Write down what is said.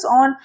on